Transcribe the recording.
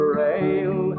rail